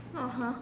(uh huh)